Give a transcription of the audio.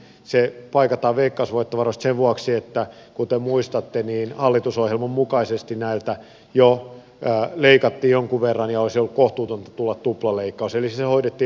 se paikataan veikkausvoittovaroista sen vuoksi että kuten muistatte hallitusohjelman mukaisesti näiltä jo leikattiin jonkun verran ja olisi ollut kohtuutonta tehdä tuplaleikkaus